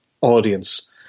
audience